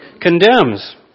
condemns